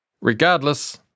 Regardless